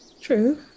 True